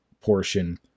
portion